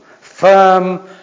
firm